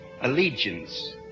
Allegiance